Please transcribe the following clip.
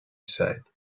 said